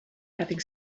having